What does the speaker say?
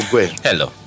Hello